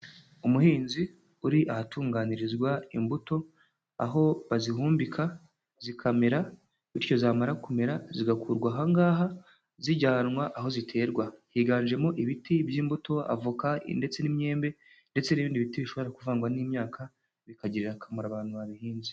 Umuhinzi uri ahatunganyirizwa imbuto, aho bazihumbika zikamera, bityo zamara kumera zigakurwa aha ngaha zijyanwa aho ziterwa. Higanjemo ibiti by'imbuto, avoka ndetse n'imyembe, ndetse n'ibindi biti bishobora kuvangwa n'imyaka, bikagirira akamaro abantu babihinze.